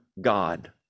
God